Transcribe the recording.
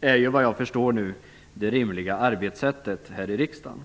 enligt vad jag förstår det rimliga arbetssättet här i riksdagen.